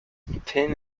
thin